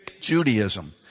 Judaism